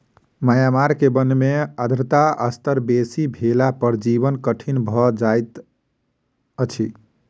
Myanmar के वन में आर्द्रता स्तर बेसी भेला पर जीवन कठिन भअ जाइत अछि